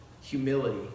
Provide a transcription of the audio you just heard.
humility